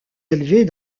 élevés